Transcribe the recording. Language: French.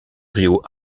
río